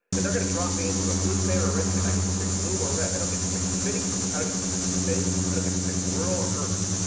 and they're going to drop me into a blue state or a red state, i get to pick blue or red. i don't get to pick the city, i don't get to pick the state, i don't get to pick rural or urban,